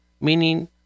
meaning